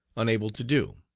unable to do.